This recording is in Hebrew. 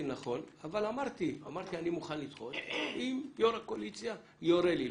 לדחות אבל אמרתי שאני מוכן לדחות אם יו"ר הקואליציה יורה לי.